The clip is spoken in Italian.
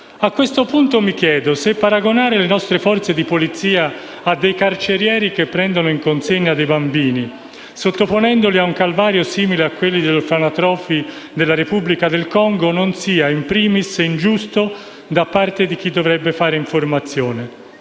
A questo punto mi chiedo se paragonare le nostre forze di polizia a dei carcerieri che prendono in consegna dei bambini, sottoponendoli a un calvario simile a quello degli orfanotrofi della Repubblica del Congo non sia, *in primis*, ingiusto da parte di chi dovrebbe fare informazione.